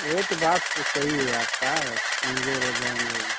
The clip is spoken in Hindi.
वह तो बात तो सही है आपका कमज़ोर हो जाएँगे